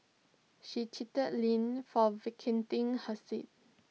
she chided lee for vacating her seat